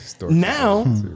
Now